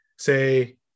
say